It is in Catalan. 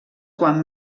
quan